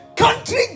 Country